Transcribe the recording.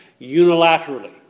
unilaterally